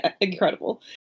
incredible